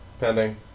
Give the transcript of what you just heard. Pending